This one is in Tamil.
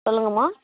சொல்லுங்கள்ம்மா